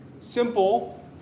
simple